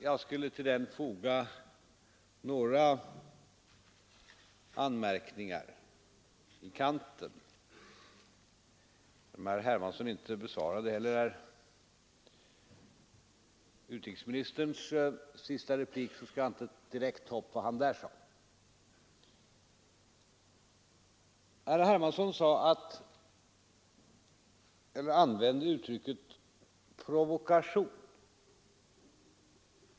Jag skulle till den vilja foga några Nr 43 anmärkningar i kanten. Eftersom herr Hermansson inte besvarade Onsdagen den utrikesministerns sista replik skall jag inte ta upp direkt vad denne där 20 mars 1974 sade. Herr Hermansson använde uttrycket provokation.